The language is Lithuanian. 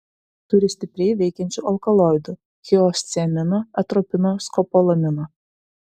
turi stipriai veikiančių alkaloidų hiosciamino atropino skopolamino